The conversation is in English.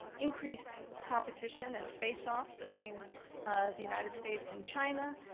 increased competition, and face-off between the united states and china,